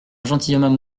gentilhomme